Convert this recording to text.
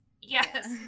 Yes